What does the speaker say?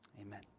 Amen